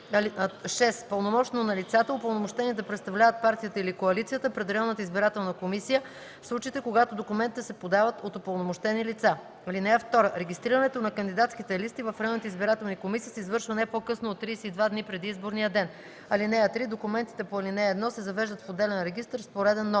6. пълномощно на лицата, упълномощени да представляват партията или коалицията пред районната избирателна комисия, в случаите когато документите се подават от упълномощени лица. (2) Регистрирането на кандидатските листи в районните избирателни комисии се извършва не по-късно от 32 дни преди изборния ден. (3) Документите по ал. 1 се завеждат в отделен регистър с пореден